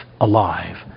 alive